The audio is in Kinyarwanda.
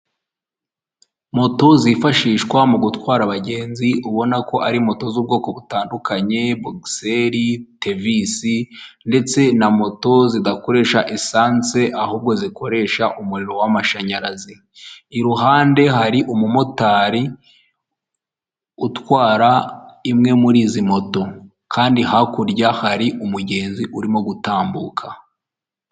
Moto zifashishwa mu gutwara abagenzi ubona ko ari moto z'ubwoko butandukanye, bogiseri, tevisi ndetse na moto zidakoresha esanse ahubwo zikoresha umuriro w'amashanyarazi, iruhande hari umumotari utwara imwe muri izi moto kandi hakurya hari umugenzi urimo gutambuka.